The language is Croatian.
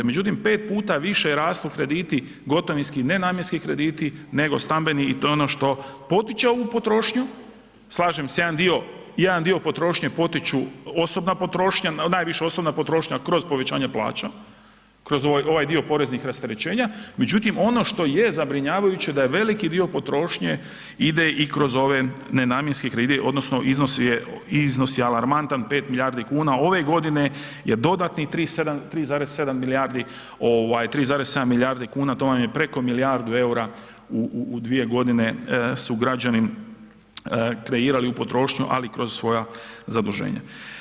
Međutim, 5 puta više rastu krediti gotovinski nenamjenski krediti nego stambeni i to je ono što potiče ovu potrošnju, slažem se jedan dio potrošnje potiču osobna potrošnja, najviše osobna potrošnja kroz povećanje plaća, kroz ovaj dio poreznih rasterećenja, međutim ono što je zabrinjavajuće da veliki dio potrošnje ide i kroz ove nenamjenske kredite odnosno iznos je, iznos je alarmantan 5 milijardi kuna ove godine je dodatnih 3,7 milijardi ovaj 3,7 milijardi kuna to vam je preko milijardu EUR-a u 2 godine su građani kreirali u potrošnju, ali kroz svoja zaduženja.